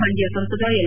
ಮಂಡ್ಯ ಸಂಸದ ಎಲ್